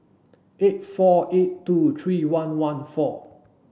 eight four eight two three one one four